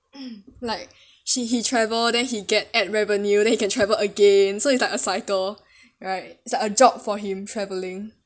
like she he travel then he get ad revenue then he can travel again so it's like a cycle right it's like a job for him travelling